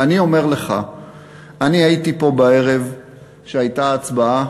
ואני אומר לך שאני הייתי פה בערב כשהייתה ההצבעה